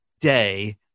day